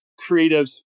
creatives